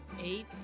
Eight